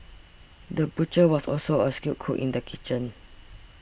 the butcher was also a skilled cook in the kitchen